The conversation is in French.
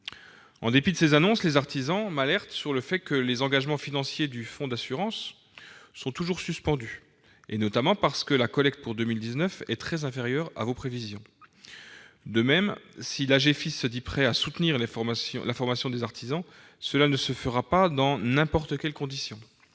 En dépit de ces annonces, les artisans m'alertent sur les engagements financiers du fonds d'assurance, qui sont toujours suspendus, notamment parce que la collecte pour 2019 est très inférieure à vos prévisions. De même, si l'Agefice se dit prête à soutenir la formation des artisans, cela ne se fera pas dans n'importe quelles conditions.